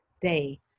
day